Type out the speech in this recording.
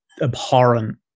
abhorrent